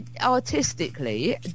artistically